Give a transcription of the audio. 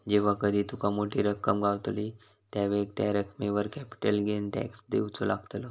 जेव्हा कधी तुका मोठी रक्कम गावतली त्यावेळेक त्या रकमेवर कॅपिटल गेन टॅक्स देवचो लागतलो